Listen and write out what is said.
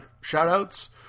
shout-outs